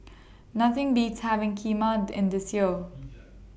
Nothing Beats having Kheema in This Year